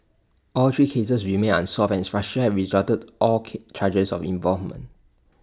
all three cases remain unsolved and Russia rejected all K charges of involvement